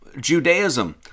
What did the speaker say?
Judaism